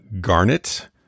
garnet